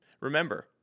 Remember